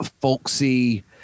folksy